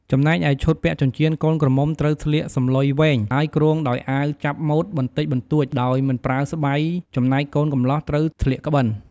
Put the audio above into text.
ចំណែកឯឈុតពាក់ចិញ្ចៀនកូនក្រមុំត្រូវស្លៀកសំឡុយវែង ហើយគ្រងដោយអាវចាប់ម៉ូតបន្តិចបន្តួចដោយមិនប្រើស្បៃ ចំណែកកូនកំលោះត្រូវស្លៀកក្បិន។